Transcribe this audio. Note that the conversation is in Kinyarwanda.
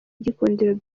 gikundiro